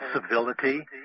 civility